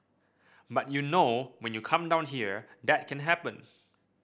but you know when you come down here that can happen